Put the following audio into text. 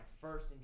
first